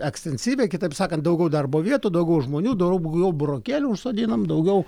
ekstensyviai kitaip sakant daugiau darbo vietų daugiau žmonių dau daugiau burokėlių užsodinam daugiau